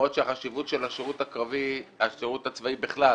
למרות שהחשיבות של השירות הצבאי בכלל